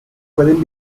pueden